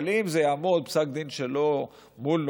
אבל אם יעמוד פסק דין שלו מול,